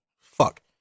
Fuck